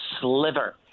sliver